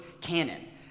Canon